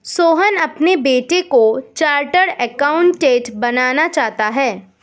सोहन अपने बेटे को चार्टेट अकाउंटेंट बनाना चाहता है